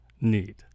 need